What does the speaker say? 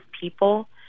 people